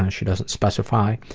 ah she doesn't specify.